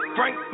Frank